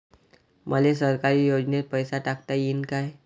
मले सरकारी योजतेन पैसा टाकता येईन काय?